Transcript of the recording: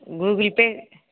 Google pay